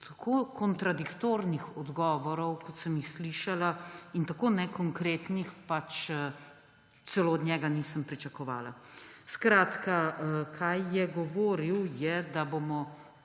tako kontradiktornih odgovorov, kot sem jih slišala, in tako nekonkretnih, celo od njega nisem pričakovala. Skratka, kar je govoril, je, da bomo